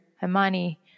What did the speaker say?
Hermione